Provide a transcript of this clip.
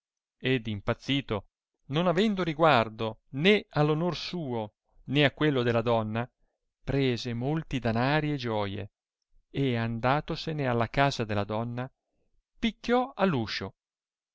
ed impazzito non avendo riguardo né all onor suo né a quello della donna prese molti danari e gioie e andatosene alla casa della donna pichiò a r uscio